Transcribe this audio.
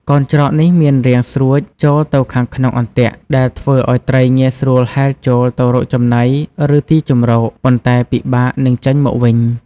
កោណច្រកនេះមានរាងស្រួចចូលទៅខាងក្នុងអន្ទាក់ ដែលធ្វើឲ្យត្រីងាយស្រួលហែលចូលទៅរកចំណី ឬទីជម្រក ប៉ុន្តែពិបាកនឹងចេញមកវិញ។